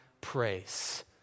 praise